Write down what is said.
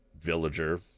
villager